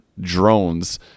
drones